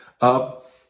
up